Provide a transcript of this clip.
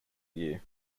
year